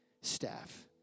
staff